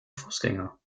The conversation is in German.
fußgänger